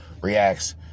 Reacts